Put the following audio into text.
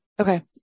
Okay